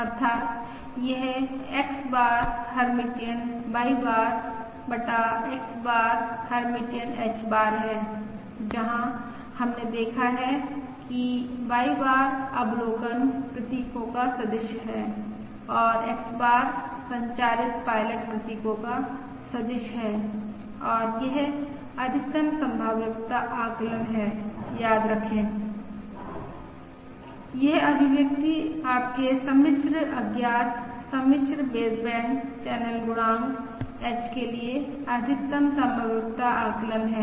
अर्थात् यह X bar Hermitian Y bar बटा X bar Hermitian h bar है जहां हमने देखा है कि Y बार अवलोकन प्रतीकों का सदिश है और X बार संचारित पायलट प्रतीकों का सदिश है और यह अधिकतम संभाव्यता आकलन है याद रखें यह अभिव्यक्ति आपके सम्मिश्र अज्ञात सम्मिश्र बेसबैंड चैनल गुणांक h के लिए अधिकतम संभाव्यता आकलन है